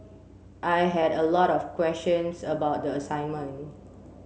I had a lot of questions about the assignment